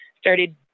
started